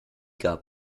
gab